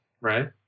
Right